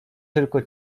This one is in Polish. tylko